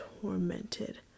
tormented